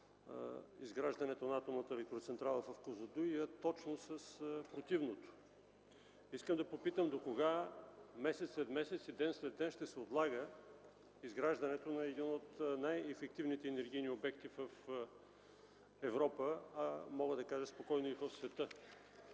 изграждането на атомната електроцентрала в Козлодуй, а точно с противното. Искам да попитам: докога месец след месец и ден след ден ще се отлага изграждането на един от най-ефективните енергийни обекти в Европа, а мога да кажа спокойно – и в света?